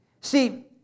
See